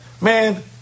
man